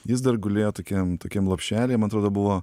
jis dar gulėjo tokiam tokiam lopšelyje man atrodo buvo